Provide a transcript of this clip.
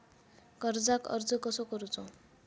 कर्जाक अर्ज कसो करूचो?